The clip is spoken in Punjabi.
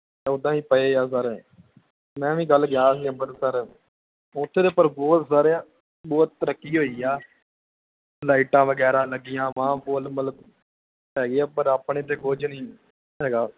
ਉੱਦਾਂ ਹੀ ਪਏ ਹਾਂ ਸਰ ਮੈਂ ਵੀ ਕੱਲ੍ਹ ਗਿਆ ਸੀ ਅੰਬਰਸਰ ਉੱਥੇ ਤਾਂ ਪਰ ਬਹੁਤ ਸਾਰੇ ਆ ਬਹੁਤ ਤਰੱਕੀ ਹੋਈ ਆ ਲਾਈਟਾਂ ਵਗੈਰਾ ਲੱਗੀਆਂ ਵਾਂ ਪੁਲ ਮਤਲਬ ਹੈਗੇ ਆ ਪਰ ਆਪਣੇ ਇੱਥੇ ਕੁਝ ਨਹੀਂ ਹੈਗਾ